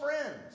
friends